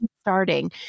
starting